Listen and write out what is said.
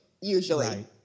usually